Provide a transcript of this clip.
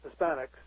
Hispanics